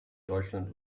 deutschland